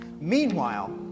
Meanwhile